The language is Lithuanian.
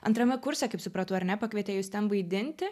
antrame kurse kaip supratau ar ne pakvietė jus ten vaidinti